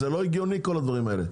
זה לא הגיוני כל הדברים האלה,